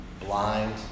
blind